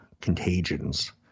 contagions